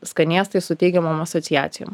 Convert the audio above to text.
skanėstais su teigiamom asociacijom